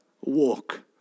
walk